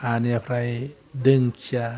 आनियाफ्राय दोंखिया